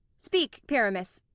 speak, pyramus.